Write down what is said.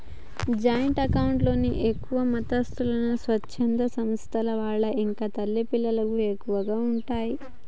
joint account లో ఎక్కువగా మతసంస్థలు, స్వచ్ఛంద సంస్థల వాళ్ళు ఇంకా తల్లి పిల్లలకు ఎక్కువగా ఉంటయ్